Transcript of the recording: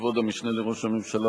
כבוד המשנה לראש הממשלה,